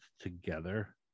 together